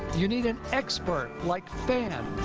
you need an expert, like phan.